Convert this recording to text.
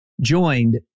joined